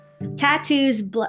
tattoos